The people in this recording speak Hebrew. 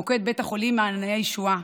מוקד בית החולים מעייני הישועה,